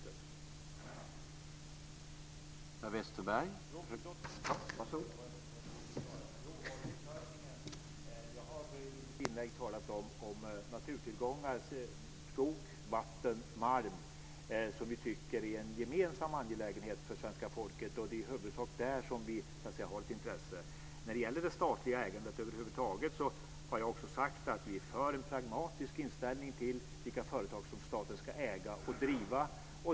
Vad gäller råvaruförsörjningen så har jag i mitt inlägg talat om naturtillgångar - skog, vatten och malm - som vi tycker är en gemensam angelägenhet för svenska folket. Det är i huvudsak där som vi har ett intresse. När det gäller det statliga ägandet över huvud taget har jag också sagt att vi är för en pragmatisk inställning till vilka företag som staten ska äga och driva.